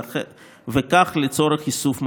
וכן לצורך איסוף מודיעין.